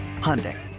Hyundai